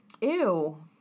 Ew